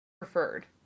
preferred